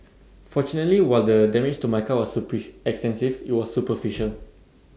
fortunately while the damage to my car was push extensive IT was superficial